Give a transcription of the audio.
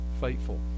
faithful